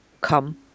come